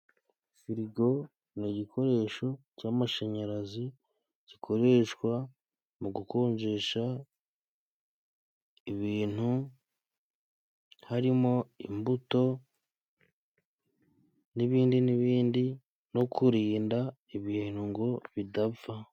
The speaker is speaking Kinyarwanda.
Firigo ni igikoresho cy' amashanyarazi gikoreshwa mu gukonjesha ibintu harimo: imbuto ,n'ibindi n'ibindi ...no kurinda ibintu ngo bidapfa.